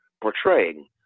portraying